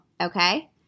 okay